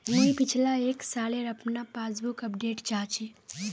मुई पिछला एक सालेर अपना पासबुक अपडेट चाहची?